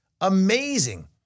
amazing